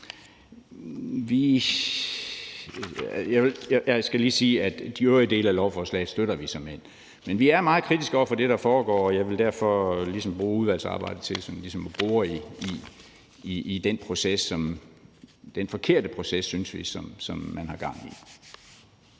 Jeg skal lige sige, at de øvrige dele af lovforslaget støtter vi såmænd, men vi er meget kritiske over for det, der foregår, og jeg vil derfor bruge udvalgsarbejdet til ligesom at bore i den proces, den forkerte proces, som vi synes man har gang i.